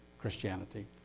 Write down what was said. Christianity